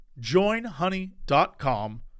joinhoney.com